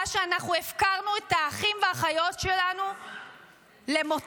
שאנחנו הפקרנו את האחים והאחיות שלנו למותם.